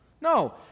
No